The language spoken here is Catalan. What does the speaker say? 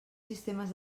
sistemes